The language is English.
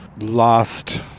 lost